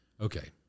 Okay